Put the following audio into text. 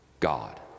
god